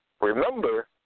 Remember